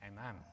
Amen